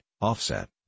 offset